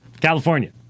California